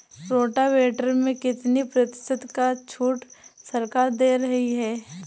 Rotavator में कितनी प्रतिशत का छूट सरकार दे रही है?